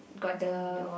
got the